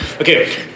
Okay